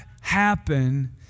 happen